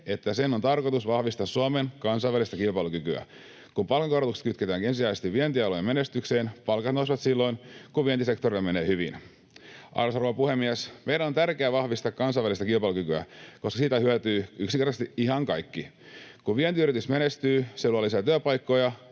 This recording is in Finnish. että sen on tarkoitus vahvistaa Suomen kansainvälistä kilpailukykyä. Kun palkankorotukset kytketään ensisijaisesti vientialojen menestykseen, palkat nousevat silloin, kun vientisektorilla menee hyvin. Arvoisa rouva puhemies! Meidän on tärkeää vahvistaa kansainvälistä kilpailukykyä, koska siitä hyötyvät yksinkertaisesti ihan kaikki. Kun vientiyritys menestyy, se luo lisää työpaikkoja